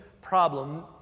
problem